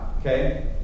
Okay